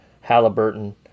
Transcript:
Halliburton